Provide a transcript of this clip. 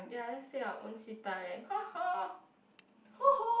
ya let's take our own sweet time